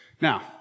Now